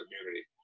community